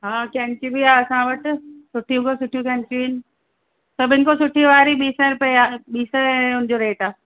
हा कैंची बि आहे असां वटि सुठी खां सुठियूं कैंचियूं आहिनि सभिनि खां सुठी वारी ॿीं सैं रुपए आहे ॿीं सैं उन जो रेट आहे